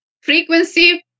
frequency